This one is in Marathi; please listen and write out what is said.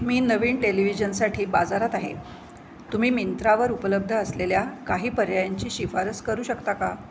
मी नवीन टेलिव्हिजनसाठी बाजारात आहे तुम्ही मिंत्रावर उपलब्ध असलेल्या काही पर्यायांची शिफारस करू शकता का